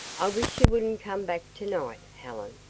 i wish you wouldn't come back tonight, helen,